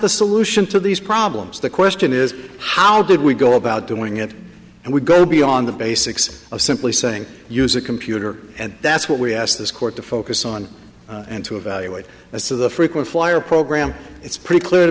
the solution to these problems the question is how did we go about doing it and we go beyond the basics of simply saying use a computer and that's what we asked this court to focus on and to evaluate as to the frequent flyer program it's pretty clear to